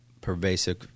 pervasive